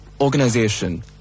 organization